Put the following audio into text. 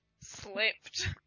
slipped